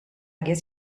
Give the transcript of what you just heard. guess